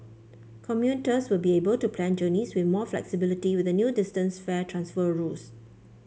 commuters will be able to plan journeys with more flexibility with the new distance fare transfer rules